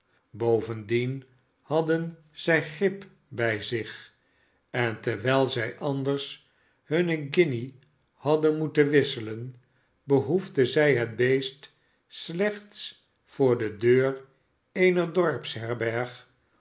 bovendien hadden zij grip bij zich en terwijl zij anders hun guinje hadden moeten wisselen behoefden zij het beest slechts yoor de deur